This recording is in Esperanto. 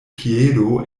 piedo